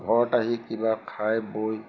ঘৰত আহি কিবা খাই বৈ